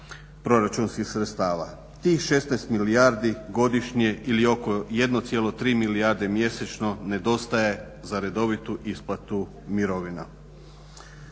proračunskih sredstava. Tih 16 milijardi godišnje ili oko 1,3 milijarde mjesečno nedostaje za redovitu isplatu mirovina.